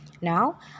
Now